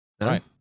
Right